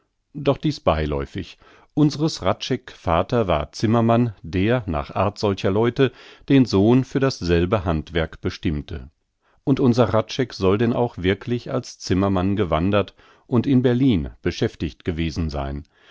doch dies beiläufig unsres hradscheck vater war zimmermann der nach art solcher leute den sohn für dasselbe handwerk bestimmte und unser hradscheck soll denn auch wirklich als zimmermann gewandert und in berlin beschäftigt gewesen sein